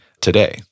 today